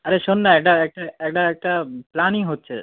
আরে শোন না একটা একটা একটা একটা প্ল্যানিং হচ্ছে